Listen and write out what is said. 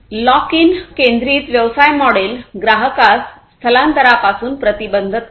lock in केंद्रीत व्यवसाय model ग्राहकास स्थलांतरापासून प्रतिबंधित करते